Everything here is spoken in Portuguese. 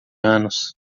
anos